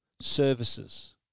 Services